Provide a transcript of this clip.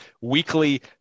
weekly